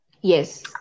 Yes